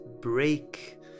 break